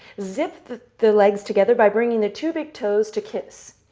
zip the the legs together by bringing the two big toes to kiss.